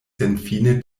senfine